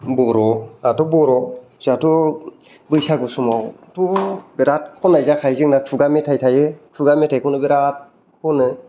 बर' आथ' बर' जोहाथ' बैसागु समावथ' बेराथ खननाय जाखायो जोंना खुगा मेथाय थायो खुगा मेथायखौनो बेराथ खनो